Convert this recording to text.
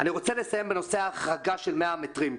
אני רוצה לסיים בנושא ההחרגה של 100 המטרים.